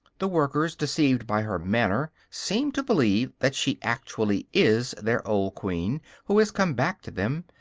the workers, deceived by her manner, seem to believe that she actually is their old queen who has come back to them,